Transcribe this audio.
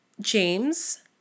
James